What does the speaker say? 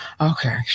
Okay